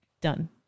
done